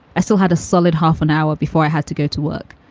i still had a solid half an hour before i had to go to work.